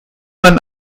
mein